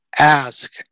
ask